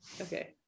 Okay